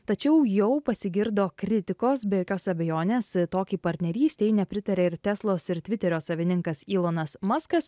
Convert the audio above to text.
tačiau jau pasigirdo kritikos be jokios abejonės tokiai partnerystei nepritaria ir teslos ir tviterio savininkas ilonas maskas